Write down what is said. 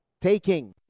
taking